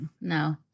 No